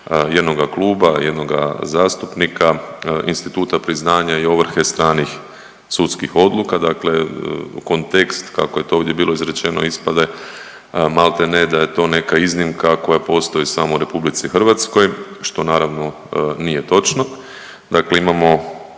jednoga kluba, jednoga zastupnika, instituta priznanja i ovrhe stranih sudskih odluka, dakle kontekst kako je to ovdje bilo izrečeno ispade malte ne da je to neka iznimka koja postoji samo u RH, što naravno nije točno, dakle imamo,